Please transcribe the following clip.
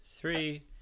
three